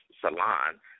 Salon